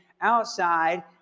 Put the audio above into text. outside